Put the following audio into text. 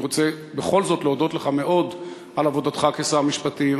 אני רוצה בכל זאת להודות לך מאוד על עבודתך כשר משפטים.